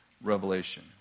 revelation